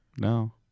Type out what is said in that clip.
no